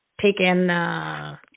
taken